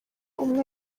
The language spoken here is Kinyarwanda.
umwe